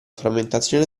frammentazione